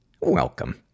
Welcome